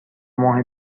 ماه